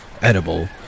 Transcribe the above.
Edible